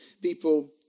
people